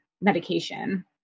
medication